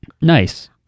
Nice